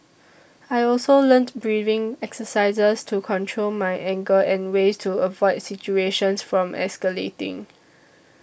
I also learnt breathing exercises to control my anger and ways to avoid situations from escalating